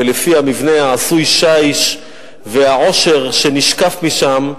ולפי המבנה העשוי שיש והעושר שנשקף משם,